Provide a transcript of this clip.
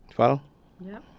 well yeah.